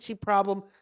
problem